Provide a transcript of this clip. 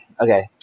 okay